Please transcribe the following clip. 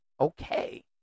okay